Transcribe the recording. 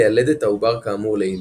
יש ליילד את העובר כאמור לעיל,